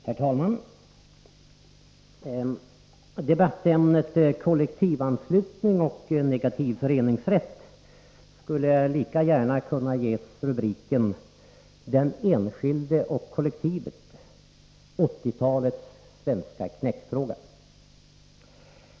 Herr talman! Debattämnet kollektivanslutning och negativ föreningsrätt skulle lika gärna kunna ges rubriken ”Den enskilde och kollektivet — 80-talets svenska knäckfråga”.